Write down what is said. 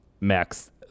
max